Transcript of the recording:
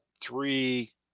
three